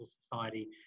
society